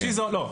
לא.